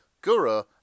guru